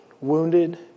wounded